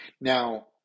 now